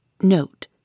Note